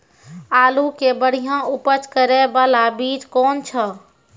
आलू के बढ़िया उपज करे बाला बीज कौन छ?